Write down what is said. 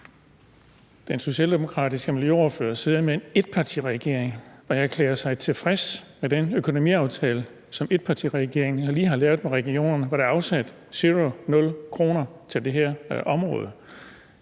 Den socialdemokratiske miljøordfører sidder med en etpartiregering og erklærer sig tilfreds med den økonomiaftale, som etpartiregeringen lige har lavet med regionerne, hvor der er afsat 0 kr. til det her område.